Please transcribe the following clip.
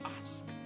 ask